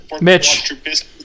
Mitch